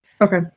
Okay